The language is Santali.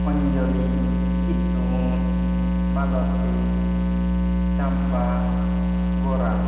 ᱚᱧᱡᱚᱞᱤ ᱠᱤᱥᱩᱱ ᱢᱟᱞᱚᱛᱤ ᱪᱟᱢᱯᱟ ᱜᱚᱨᱟ